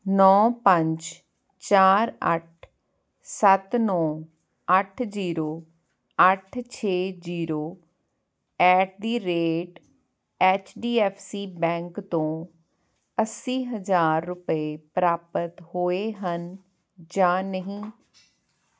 ਨੌਂ ਪੰਜ ਚਾਰ ਅੱਠ ਸੱਤ ਨੌਂ ਅੱਠ ਜੀਰੋ ਅੱਠ ਛੇ ਜੀਰੋ ਐਟ ਦੀ rate H D F C bank ਤੋਂ ਅੱਸੀ ਹਜ਼ਾਰ ਰੁਪਏ ਪ੍ਰਾਪਤ ਹੋਏ ਹਨ ਜਾਂ ਨਹੀਂ